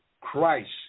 Christ